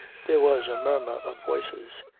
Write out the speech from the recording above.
there was a murmur of voices.